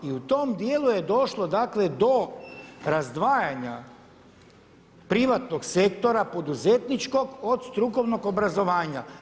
I u tom dijelu je došlo, dakle do razdvajanja privatnog sektora poduzetničkog od strukovnog obrazovanja.